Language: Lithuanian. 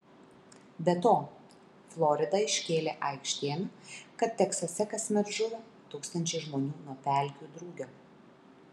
be to florida iškėlė aikštėn kad teksase kasmet žūva tūkstančiai žmonių nuo pelkių drugio